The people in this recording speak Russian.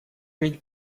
ведь